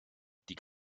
die